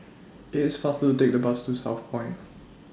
IT IS faster to Take The Bus to Southpoint